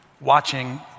watching